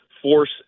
force